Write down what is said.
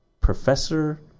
Professor